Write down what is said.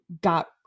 got